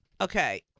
Okay